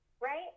right